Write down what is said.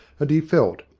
and he felt,